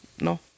No